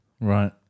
Right